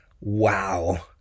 Wow